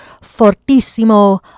fortissimo